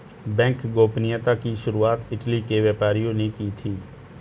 bank गोपनीयता की शुरुआत इटली के व्यापारियों ने की थी